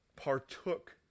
partook